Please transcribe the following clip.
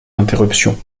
interruption